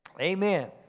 Amen